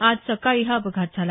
आज सकाळी हा अपघात झाला